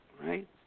right